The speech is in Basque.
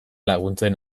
laguntzen